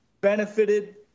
benefited